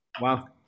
wow